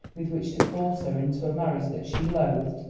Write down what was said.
with which to force her into a marriage that she loathed.